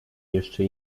jeszcze